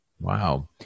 Wow